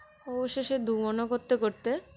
অবশেষে দোমনা করতে করতে